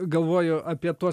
galvoju apie tuos